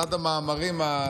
אחד המאמרים,